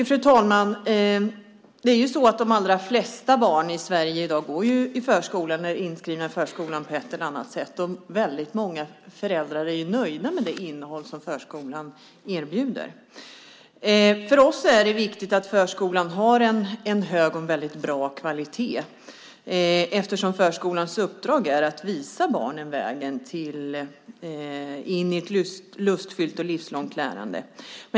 Fru talman! De allra flesta barn i dag i Sverige går i förskola och är inskrivna i förskolan på ett eller annat sätt, och väldigt många föräldrar är nöjda med det innehåll som förskolan erbjuder. För oss är det viktigt att förskolan har en hög, en väldigt bra, kvalitet eftersom förskolans uppdrag är att visa barnen vägen in i ett lustfyllt och livslångt lärande.